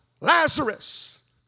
Lazarus